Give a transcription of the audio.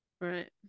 Right